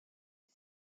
the